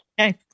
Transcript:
okay